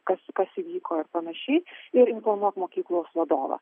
kas kas įvyko ir panašiai ir informuok mokyklos vadovą